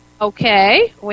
Okay